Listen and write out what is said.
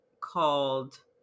called